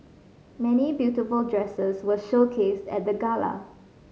many beautiful dresses were showcased at the gala